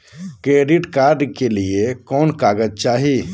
Credit card के लिए कौन कागज चाही?